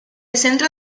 centro